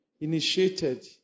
initiated